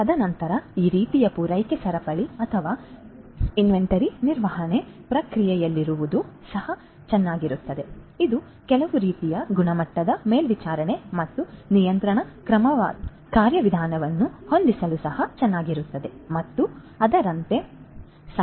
ತದನಂತರ ಈ ರೀತಿಯ ಪೂರೈಕೆ ಸರಪಳಿ ಅಥವಾ ಇನ್ವೆಂಟರಿ ನಿರ್ವಹಣಾ ಪ್ರಕ್ರಿಯೆಯಲ್ಲಿರುವುದು ಸಹ ಚೆನ್ನಾಗಿರುತ್ತದೆ ಇದು ಕೆಲವು ರೀತಿಯ ಗುಣಮಟ್ಟದ ಮೇಲ್ವಿಚಾರಣೆ ಮತ್ತು ನಿಯಂತ್ರಣ ಕಾರ್ಯವಿಧಾನವನ್ನು ಹೊಂದಲು ಸಹ ಚೆನ್ನಾಗಿರುತ್ತದೆ ಮತ್ತು ಅದರಂತೆ ಸಾಧಿಸಬಹುದಾದ ವಿಭಿನ್ನ ವಿಷಯಗಳಿವೆ